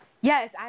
Yes